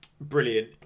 Brilliant